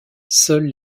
seuls